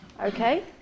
okay